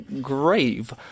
grave